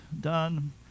done